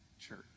church